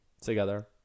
together